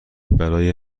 برای